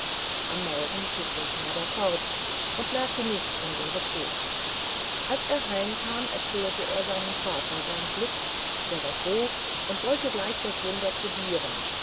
am morgen zog der schneider fort und merkte nichts von dem betrug als er heim kam erzählte er seinem vater sein glück der war froh und wollte gleich das wunder probiren